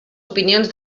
opinions